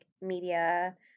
media